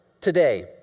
today